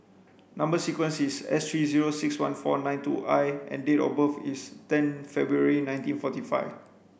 number sequence is S three zero six one four nine two I and date of birth is ten February nineteen forty five